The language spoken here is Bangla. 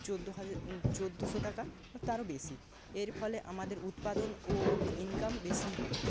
চৌদ্দ হাজার চৌদ্দশো টাকা তারও বেশি এর ফলে আমাদের উৎপাদন ও ইনকাম বেশিই হয়